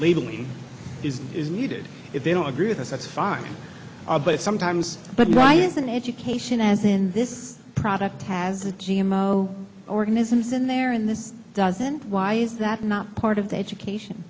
legally is is needed if they don't agree with us that's fine but sometimes but why isn't education as in this product has a g m o organisms in there in this doesn't why is that not part of the education